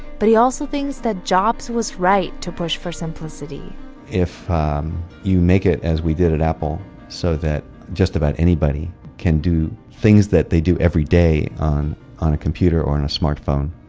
but he also thinks that jobs' was right to push for simplicity if you make it as we did at apple, so that just about anybody can do things that they do every day on on a computer or on a smartphone,